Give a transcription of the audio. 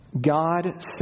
God